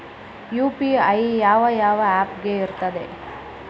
UPI ಯಾವ ಯಾವ app ಗೆ ಇರ್ತದೆ?